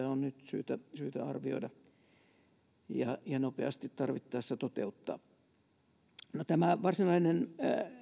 on nyt syytä syytä arvioida ja ja nopeasti tarvittaessa toteuttaa no tämä varsinainen